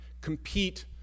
compete